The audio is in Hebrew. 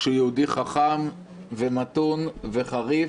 שהוא יהודי חכם, מתון וחריף.